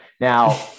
now